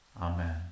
Amen